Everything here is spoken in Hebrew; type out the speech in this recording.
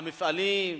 המפעלים,